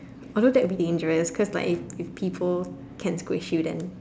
although that will be dangerous because like if if people can squeeze you then